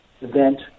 event